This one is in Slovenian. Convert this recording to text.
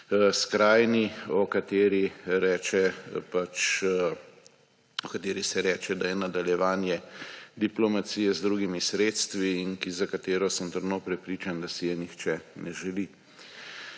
skrajni, kateri se reče, da je nadaljevanje diplomacije z drugimi sredstvi in za katero sem trdno prepričan, da si je nihče ne želi.